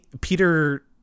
Peter